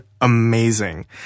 amazing